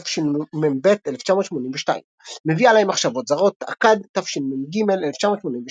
תשמ"ב 1982 מביא עלי מחשבות זרות, עקד, תשמ"ג 1983